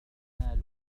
استعمال